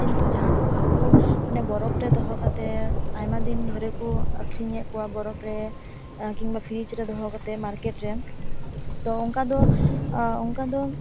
ᱠᱤᱱᱛᱩ ᱡᱟᱦᱟᱸ ᱠᱚ ᱦᱟ ᱠᱩ ᱢᱟᱱᱮ ᱵᱚᱨᱚᱵ ᱨᱮ ᱫᱚᱦᱚ ᱠᱟᱛᱮ ᱟᱭᱢᱟ ᱫᱤᱱ ᱫᱷᱚᱨᱮ ᱠᱚ ᱟᱠᱷᱟᱨᱤᱧᱮᱫ ᱠᱚᱣᱟ ᱵᱚᱨᱚᱵ ᱨᱮ ᱠᱤᱝᱵᱟ ᱯᱷᱤᱨᱤᱡᱽ ᱨᱮ ᱫᱚᱦᱚ ᱠᱟᱛᱮᱜ ᱢᱟᱨᱠᱮᱴ ᱨᱮ ᱛᱚ ᱚᱱᱠᱟ ᱫᱚ ᱚᱱᱠᱟ ᱫᱚ